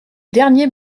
dernier